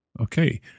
Okay